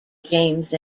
james